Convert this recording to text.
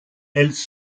elles